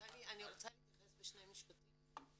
אני רוצה להתייחס בשני משפטים.